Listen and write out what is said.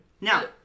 Now